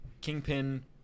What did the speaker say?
Kingpin